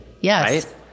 Yes